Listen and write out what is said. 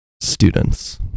students